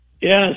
Yes